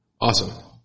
Awesome